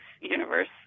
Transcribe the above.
universe